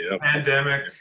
pandemic